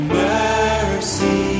mercy